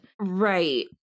Right